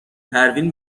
پروین